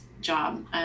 job